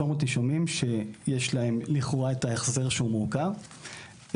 נישומים שיש להם לכאורה את ההחזר שהוא מורכב,